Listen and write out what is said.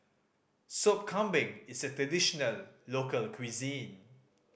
Sop Kambing is a traditional local cuisine